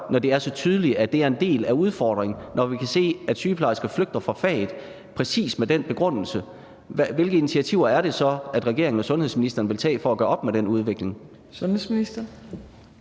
når det er så tydeligt, at det er en del af udfordringen? Når vi kan se, at sygeplejersker flygter fra faget præcis med den begrundelse, hvilke initiativer er det så, regeringen og sundhedsministeren vil tage for at gøre op med den udvikling? Kl.